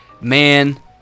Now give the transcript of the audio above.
Man